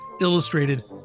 illustrated